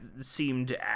seemed